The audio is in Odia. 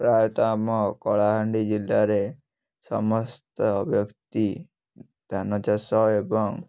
ପ୍ରାୟତଃ ଆମ କଳାହାଣ୍ଡି ଜିଲ୍ଲାରେ ସମସ୍ତ ବ୍ୟକ୍ତି ଧାନଚାଷ ଏବଂ